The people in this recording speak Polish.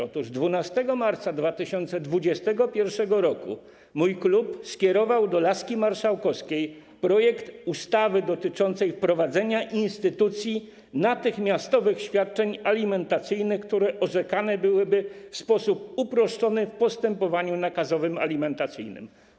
Otóż 12 marca 2021 r. mój klub skierował do laski marszałkowskiej projekt ustawy dotyczącej wprowadzenia instytucji natychmiastowych świadczeń alimentacyjnych, które orzekane byłyby w sposób uproszczony w postępowaniu nakazowym alimentacyjnym.